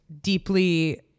deeply